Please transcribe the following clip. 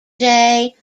jay